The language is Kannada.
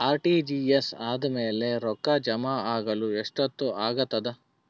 ಆರ್.ಟಿ.ಜಿ.ಎಸ್ ಆದ್ಮೇಲೆ ರೊಕ್ಕ ಜಮಾ ಆಗಲು ಎಷ್ಟೊತ್ ಆಗತದ?